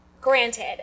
granted